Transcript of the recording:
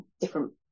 different